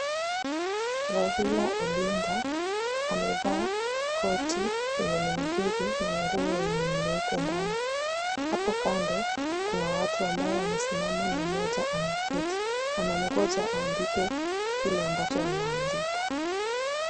Raila Odinga, amevaa koti lenye ni mzuri na nguo yenye ni nyeupe ndani. Hapo kando, kuna watu ambaye wamesimama na mmoja ameketi. Wanamgoja aandike kile ambacho wanaandika.